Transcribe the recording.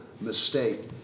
mistake